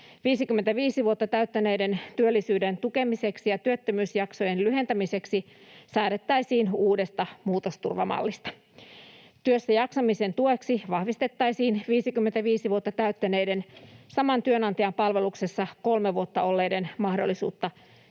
55 vuotta täyttäneiden työllisyyden tukemiseksi ja työttömyysjaksojen lyhentämiseksi säädettäisiin uudesta muutosturvamallista. Työssäjaksamisen tueksi vahvistettaisiin 55 vuotta täyttäneiden, saman työnantajan palveluksessa kolme vuotta olleiden mahdollisuutta siirtyä